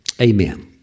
Amen